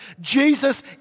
Jesus